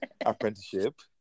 apprenticeship